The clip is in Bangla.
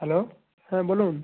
হ্যালো হ্যাঁ বলুন